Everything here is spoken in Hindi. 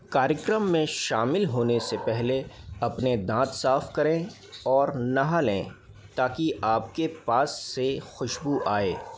कार्यक्रम में शामिल होने से पहले अपने दाँत साफ़ करें और नहा लें ताकि आपके पास से खुशबू आए